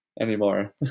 anymore